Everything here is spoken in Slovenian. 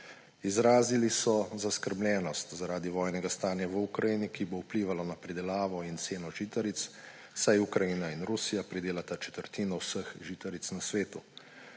Izrazili so zaskrbljenost zaradi vojnega stanja v Ukrajini, ki bo vplivalo na pridelavo in ceno žitaric, saj Ukrajina in Rusija pridelata četrtino vseh žitaric na svetu.